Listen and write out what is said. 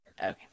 Okay